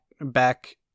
back